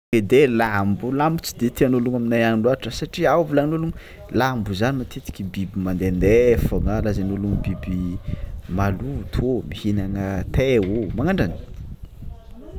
Ede lambo lambo tsy de tian'ôlo aminay any lôtra satria volagnin'ôlo lambo zany matetiky biby mandende fôgna lazain'olo biby maloto mpihanana tey manganjany.